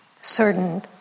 certain